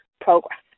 progress